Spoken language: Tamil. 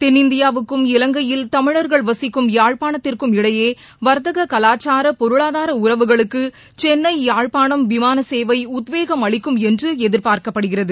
தென்னிந்தியாவுக்கும் இலங்கையில் தமிழர்கள் வசிக்கும் யாழ்பாணத்திற்கும் இடையே வர்த்தக கலாச்சார பொருளாதார உறவுகளுக்கு சென்னை யாழ்பாணம் விமான சேவை உத்வேகம் அளிக்கும் என்று எதிர்பார்க்கப்படுகிறது